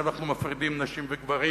שאנחנו מפרידים נשים וגברים,